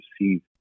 receive